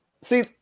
See